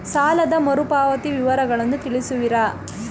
ಸಾಲದ ಮರುಪಾವತಿ ವಿವರಗಳನ್ನು ತಿಳಿಸುವಿರಾ?